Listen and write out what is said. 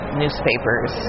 newspapers